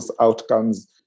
outcomes